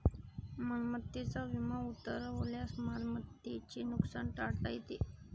मालमत्तेचा विमा उतरवल्यास मालमत्तेचे नुकसान टाळता येते